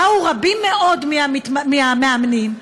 באו רבים מאוד מהמאמנים ואמרו: